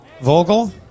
Vogel